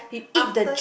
after it